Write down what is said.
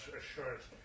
assurance